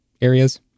areas